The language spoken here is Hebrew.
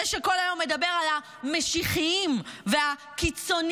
זה שכל היום מדבר על "המשיחיים" ועל "הקיצוניים".